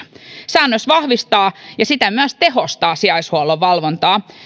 säännös vahvistaa ja siten myös tehostaa sijaishuollon valvontaa